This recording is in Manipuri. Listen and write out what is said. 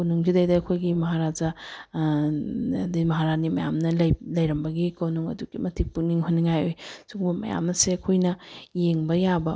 ꯀꯣꯅꯨꯡꯁꯤꯗꯩꯗ ꯑꯩꯈꯣꯏꯒꯤ ꯃꯍꯥꯔꯥꯖꯥ ꯑꯗꯩ ꯃꯍꯥꯔꯥꯅꯤ ꯃꯌꯥꯝꯅ ꯂꯩꯔꯝꯕꯒꯤ ꯀꯣꯅꯨꯡ ꯑꯗꯨꯛꯀꯤ ꯃꯇꯤꯛ ꯄꯨꯛꯅꯤꯡ ꯍꯨꯅꯤꯡꯉꯥꯏ ꯑꯣꯏ ꯁꯤꯒꯨꯝꯕ ꯃꯌꯥꯝ ꯑꯁꯦ ꯑꯩꯈꯣꯏꯅ ꯌꯦꯡꯕ ꯌꯥꯕ